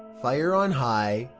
fire on high.